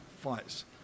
fights